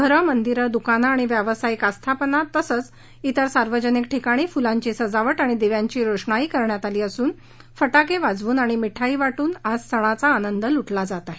घरं मंदिरं दुकानं आणि व्यावसायिक आस्थापना तसंच तिर सार्वजनिक ठिकाणी फुलांची सजावट आणि दिव्यांची रोषणाई करण्यात आली असून फटाके वाजवून आणि मिठाई वाटून आज सणाचा आनंद लुटला जात आहे